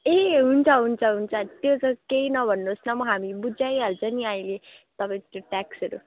ए हुन्छ हुन्छ हुन्छ त्यो त केही नभन्नुहोस् न हामी बुझाइहाल्छ नि अहिले तपाईँको त्यो ट्याक्सहरू